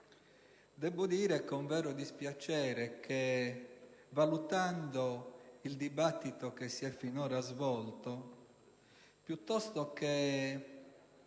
invece con vero dispiacere che, valutando il dibattito che si è finora svolto, piuttosto che